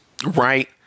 Right